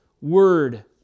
word